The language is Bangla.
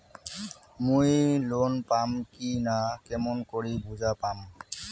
মুই লোন পাম কি না কেমন করি বুঝা পাম?